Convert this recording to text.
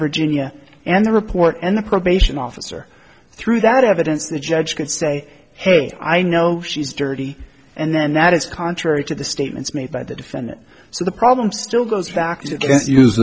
virginia and the report and the probation officer through that evidence the judge could say hey i know she's dirty and that is contrary to the statements made by the defendant so the problem still goes back to you can't use